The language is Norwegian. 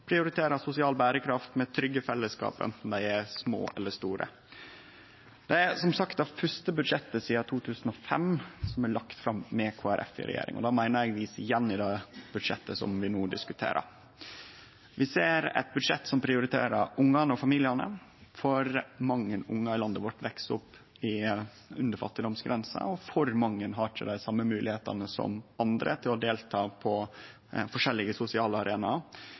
prioritere. Det er ikkje gjeve netto skattelette, men ein har klart å følgje opp måla frå Granavolden-plattforma om eit berekraftig velferdssamfunn som fører ein offensiv klimapolitikk og prioriterer sosial berekraft med trygge fellesskap, anten dei er små eller store. Det er som sagt det første budsjettet sidan 2005 som er lagt fram med Kristeleg Folkeparti i regjering, og det meiner eg vi ser igjen i det budsjettet vi no diskuterer. Vi ser eit budsjett som prioriterer ungane og familiane. For mange ungar i landet vårt veks opp under fattigdomsgrensa,